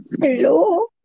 Hello